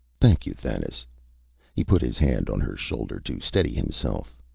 thank you, thanis. he put his hand on her shoulder, to steady himself.